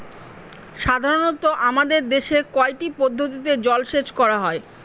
সাধারনত আমাদের দেশে কয়টি পদ্ধতিতে জলসেচ করা হয়?